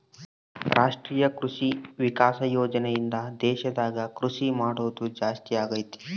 ರಾಷ್ಟ್ರೀಯ ಕೃಷಿ ವಿಕಾಸ ಯೋಜನೆ ಇಂದ ದೇಶದಾಗ ಕೃಷಿ ಮಾಡೋದು ಜಾಸ್ತಿ ಅಗೈತಿ